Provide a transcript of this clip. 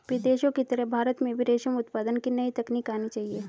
विदेशों की तरह भारत में भी रेशम उत्पादन की नई तकनीक आनी चाहिए